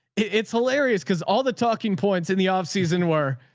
it's hilarious. cause all the talking points in the off season where,